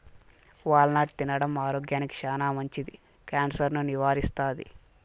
wall నట్ తినడం ఆరోగ్యానికి చానా మంచిది, క్యాన్సర్ ను నివారిస్తాది